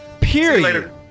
Period